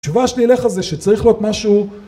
התשובה שלי אליך זה שצריך להיות משהו